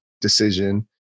decision